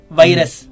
virus